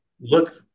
look